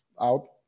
out